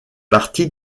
partie